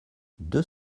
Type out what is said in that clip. deux